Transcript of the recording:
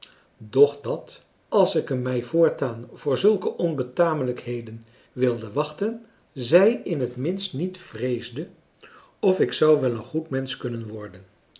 doch dat als ik mij voortaan voor zulke onbetamelijkheden wilde wachten zij in het minst niet vreesde of ik zou wel een goed mensch kunnen worden